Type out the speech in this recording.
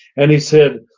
and he said,